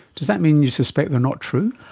does that mean you suspect they are not true?